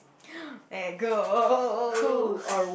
let go